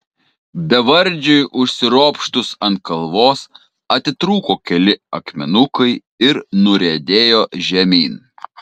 bevardžiui užsiropštus ant kalvos atitrūko keli akmenukai ir nuriedėjo žemyn